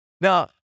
Now